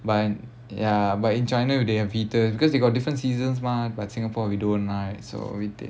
but in ya but in china they have heaters because they got different seasons mah but singapore we don't lah right so we take